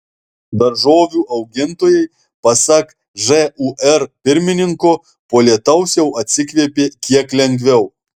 daržovių augintojai pasak žūr pirmininko po lietaus jau atsikvėpė kiek lengviau